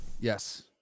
Yes